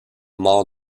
mort